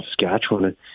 Saskatchewan